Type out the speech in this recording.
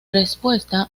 respuesta